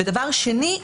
ודבר שני,